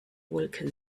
wolke